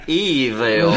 evil